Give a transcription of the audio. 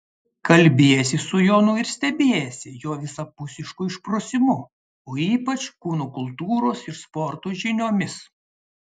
kalbiesi su jonu ir stebiesi jo visapusišku išprusimu o ypač kūno kultūros ir sporto žiniomis